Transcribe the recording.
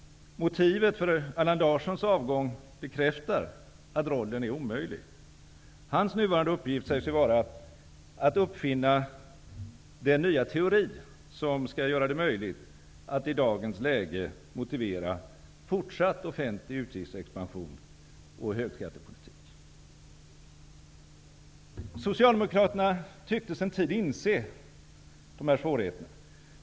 Motivet för Allan Larssons avgång bekräftar att rollen är omöjlig. Hans nuvarande uppgift sägs ju vara att uppfinna den nya teori som skall göra det möjligt att i dagens läge motivera fortsatt offentlig utgiftsexpansion och högskattepolitik. Socialdemokraterna tycktes sedan inse dessa svårigheter.